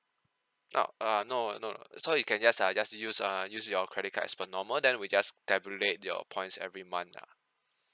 oh err no no no so you can just uh just to use uh use your credit card as per normal then we just tabulate your points every month lah